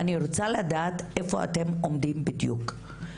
אני רוצה לדעת איפה אתם עומדים בדיוק.